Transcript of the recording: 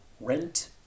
Rent